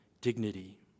dignity